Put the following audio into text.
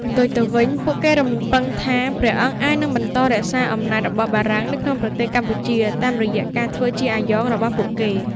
ផ្ទុយទៅវិញ ពួកគេរំពឹងថា ព្រះអង្គអាចនឹងបន្តរក្សាអំណាចរបស់បារាំងនៅក្នុងប្រទេសកម្ពុជា តាមរយៈការធ្វើជាអាយ៉ងរបស់ពួកគេ។